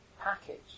package